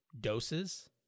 doses